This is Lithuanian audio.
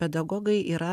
pedagogai yra